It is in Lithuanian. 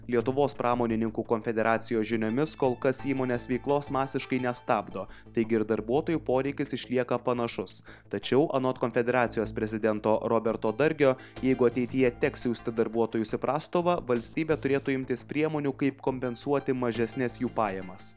lietuvos pramonininkų konfederacijos žiniomis kol kas įmonės veiklos masiškai nestabdo taigi ir darbuotojų poreikis išlieka panašus tačiau anot konfederacijos prezidento roberto dargio jeigu ateityje teks siųsti darbuotojus į prastovą valstybė turėtų imtis priemonių kaip kompensuoti mažesnes jų pajamas